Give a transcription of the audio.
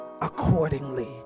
accordingly